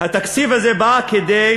התקציב הזה בא כדי